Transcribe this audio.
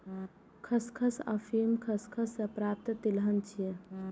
खसखस अफीम खसखस सं प्राप्त तिलहन छियै